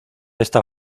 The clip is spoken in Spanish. esta